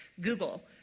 Google